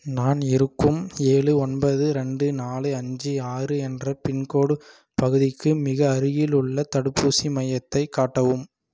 நான் இருக்கும் ஏழு ஒன்பது ரெண்டு நாலு அஞ்சு ஆறு என்ற பின்கோடு பகுதிக்கு மிக அருகில் உள்ள தடுப்பூசி மையத்தை காட்டவும்